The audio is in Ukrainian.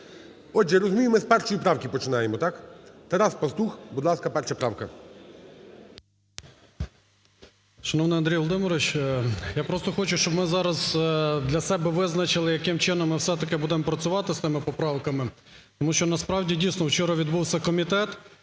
Отже, розумію я, ми з 1 правки починаємо, так? Тарас Пастух, будь ласка, 1 правка. 12:46:49 ПАСТУХ Т.Т. Шановний Андрій Володимирович, я просто хочу, щоб ми зараз для себе визначили, яким чином ми все-таки будемо працювати з тими поправками. Тому що насправді, дійсно, вчора відбувся комітет,